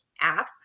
app